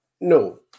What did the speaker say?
No